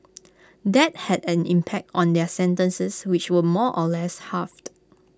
that had an impact on their sentences which were more or less halved